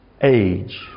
age